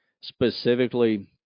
Specifically